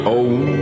own